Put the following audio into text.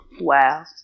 Wow